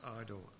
idol